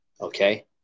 okay